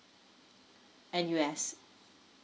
N_U_S